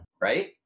right